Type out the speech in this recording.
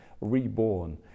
reborn